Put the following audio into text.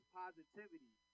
positivity